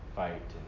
fight